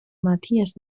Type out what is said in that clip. matthias